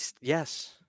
Yes